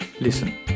listen